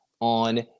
on